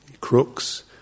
crooks